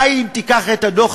די אם תיקח את הדוח,